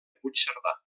puigcerdà